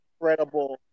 incredible